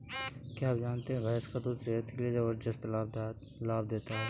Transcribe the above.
क्या आप जानते है भैंस का दूध सेहत के लिए जबरदस्त लाभ देता है?